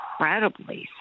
incredibly